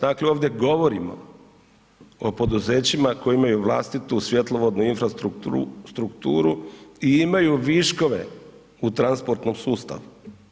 Dakle ovdje govorimo o poduzećima koje imaju vlastitu svjetlovodnu infrastrukturu i imaju viškove u transportnom sustavu.